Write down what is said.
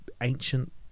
ancient